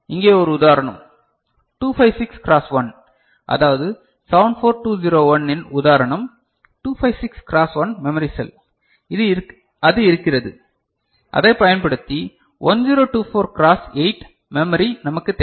இங்கே ஒரு உதாரணம் 256 க்ராஸ் 1 அதாவது 74201 இன் உதாரணம் 256 க்ராஸ் 1 மெமரி செல் அது இருக்கிறது அதைப் பயன்படுத்தி 1024 க்ராஸ் 8 என்ற மெமரி நமக்கு தேவை